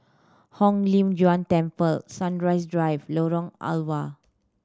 Hong Lim Jiong Temple Sunrise Drive Lorong Halwa